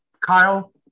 Kyle